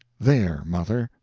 there, mother,